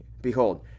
behold